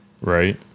Right